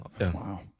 Wow